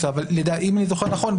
2013. אם אני זוכר נכון,